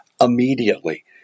immediately